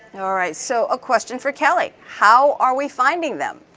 all right, so question for kelly. how are we finding them?